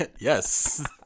Yes